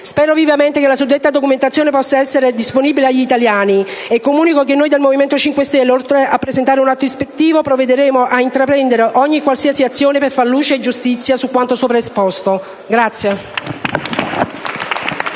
Spero vivamente che la suddetta documentazione possa essere disponibile agli italiani e comunico che noi del Movimento 5 Stelle, oltre a presentare un atto ispettivo, intraprenderemo ogni e qualsiasi azione per far luce e giustizia su quanto sopra esposto.